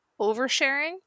oversharing